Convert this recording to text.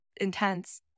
intense